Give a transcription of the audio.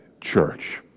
church